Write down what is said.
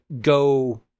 go